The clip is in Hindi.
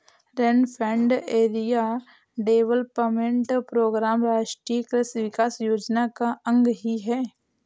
रेनफेड एरिया डेवलपमेंट प्रोग्राम राष्ट्रीय कृषि विकास योजना का अंग ही है